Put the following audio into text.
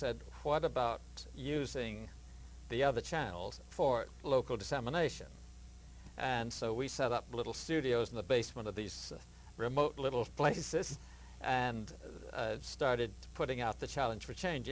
said what about using the other channels for local dissemination and so we set up little studios in the basement of these remote little places and started putting out the challenge for change